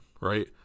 right